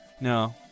No